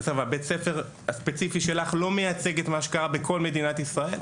בית הספר הספציפי שלך לא מייצג את מה שקרה בכל מדינת ישראל.